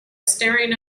staring